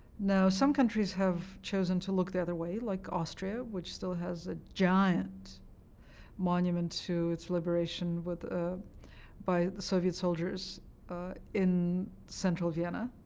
now, some countries have chosen to look the other way, like austria, which still has a giant monument to its liberation ah by the soviet soldiers in central vienna.